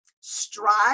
strive